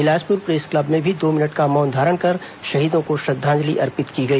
Bilaspur press club में भी दो मिनट का मौन धारण कर शहीदों को श्रद्वांजलि अर्पित की गई